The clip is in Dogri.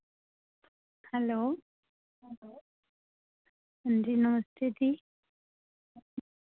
हैलो हां जी नमस्ते जी